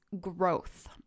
growth